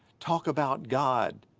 talk about god.